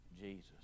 Jesus